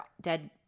dead